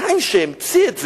קין, שהמציא את זה,